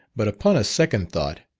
but upon a second thought,